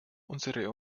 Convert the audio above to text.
unsere